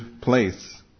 place